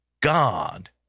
God